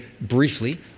briefly